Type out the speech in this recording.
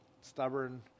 stubborn